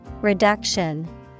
Reduction